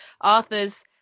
Arthur's